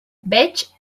veig